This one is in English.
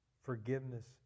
forgiveness